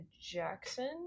Jackson